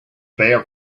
bare